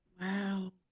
Wow